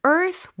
Earth